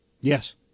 Yes